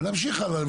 ולהמשיך הלאה,